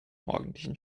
morgendlichen